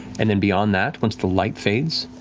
and then beyond that, once the light fades,